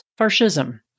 Farshism